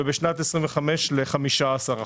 ובשנת 25' להפחית ל-15%,